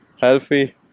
healthy